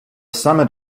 summit